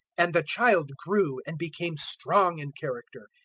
and the child grew and became strong in character,